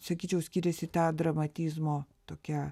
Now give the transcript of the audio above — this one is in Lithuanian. sakyčiau skiriasi tą dramatizmo tokia